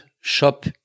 shop